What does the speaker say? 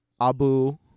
Abu